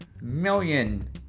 million